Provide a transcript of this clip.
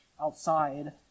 outside